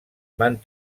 van